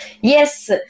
Yes